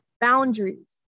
boundaries